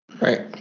Right